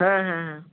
হ্যাঁ হ্যাঁ হ্যাঁ